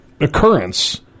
occurrence